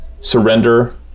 surrender